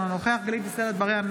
אינו נוכח גלית דיסטל אטבריאן,